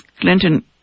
Clinton